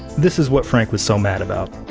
this is what frank was so mad about